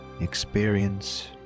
experience